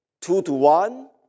two-to-one